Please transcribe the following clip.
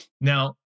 Now